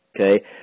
Okay